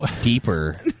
deeper